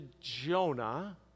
Jonah